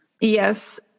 Yes